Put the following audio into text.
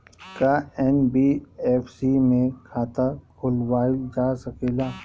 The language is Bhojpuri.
का एन.बी.एफ.सी में खाता खोलवाईल जा सकेला?